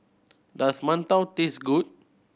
does Mantou taste good